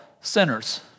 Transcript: sinners